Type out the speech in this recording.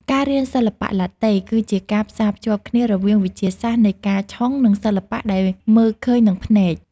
ការរៀនសិល្បៈឡាតេ គឺជាការផ្សារភ្ជាប់គ្នារវាងវិទ្យាសាស្ត្រនៃការឆុង និងសិល្បៈដែលមើលឃើញនឹងភ្នែក។